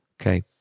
Okay